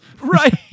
Right